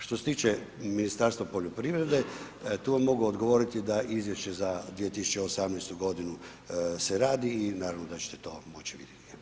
Što se tiče Ministarstva poljoprivrede, tu vam mogu odgovoriti da izvješće za 2018. g. se radi i naravno da ćete to ćete to moći vidjeti.